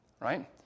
right